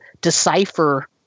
decipher